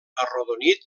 arrodonit